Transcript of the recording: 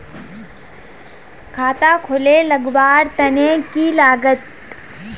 खाता खोले लगवार तने की लागत?